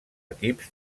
equips